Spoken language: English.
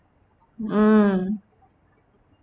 mm